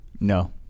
No